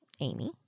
Amy